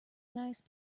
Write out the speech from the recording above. nice